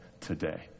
today